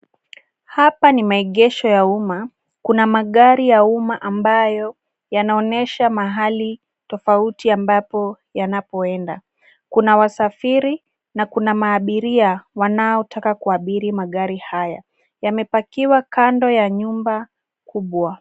Hapa ni maegesho ya umma. Kuna magari ya umma ambayo yanaonyesha mahali tofauti ambap yanapoenda. Kuna wasafiri na kuna maabiria wanaotaka kuabiria magari haya. Yamepakiwa kando ya nyumba kubwa.